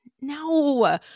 No